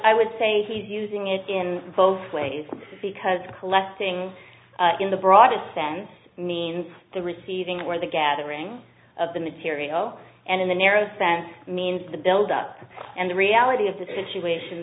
i would say he's using it in both ways because collecting in the broadest sense means the receiving or the gathering of the material and in the narrow sense means the build up and the reality of the situation